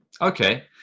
Okay